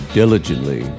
diligently